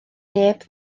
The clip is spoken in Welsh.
neb